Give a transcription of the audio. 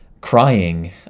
crying